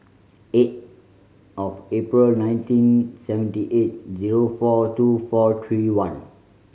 eight of April nineteen seventy eight zero four two four three one